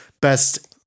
best